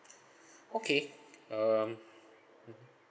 okay um mmhmm